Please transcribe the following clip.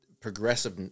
progressive